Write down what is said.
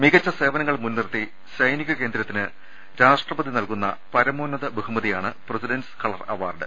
മികച്ച സേവന ങ്ങൾ മുൻനിർത്തി സൈനിക കേന്ദ്രത്തിന് രാഷ്ട്രപതി നൽകുന്ന പരമോന്നത ബഹുമതിയാണ് പ്രസിഡന്റ് സ് കളർ അവാർഡ്